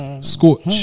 Scorch